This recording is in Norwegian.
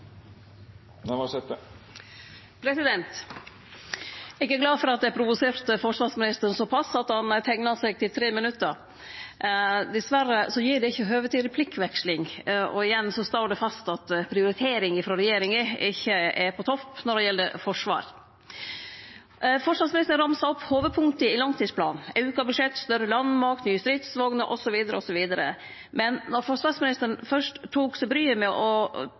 i. Eg er glad for at eg provoserte forsvarsministeren så pass at han teikna seg til 3 minutt. Dessverre gir ikkje det høve til replikkveksling, og igjen står det fast at prioriteringa til regjeringa ikkje er på topp når det gjeld forsvar. Forsvarsministeren ramsa opp hovudpunkta i langtidsplanen – auka budsjett, større landmakt, nye stridsvogner osv. Men når forsvarsministeren først tok bryet med å teikne seg til 3 minutt, kunne han kanskje òg teke seg bryet med å